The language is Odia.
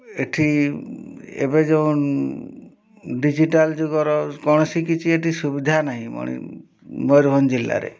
ଏଠି ଏବେ ଯେଉଁ ଡିଜିଟାଲ୍ ଯୁଗର କୌଣସି କିଛି ଏଠି ସୁବିଧା ନାହିଁ ମୟୂରଭଞ୍ଜ ଜିଲ୍ଲାରେ